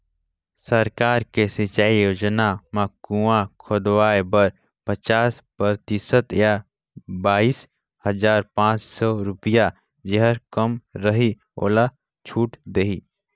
सरकार के सिंचई योजना म कुंआ खोदवाए बर पचास परतिसत य बाइस हजार पाँच सौ रुपिया जेहर कम रहि ओला छूट देथे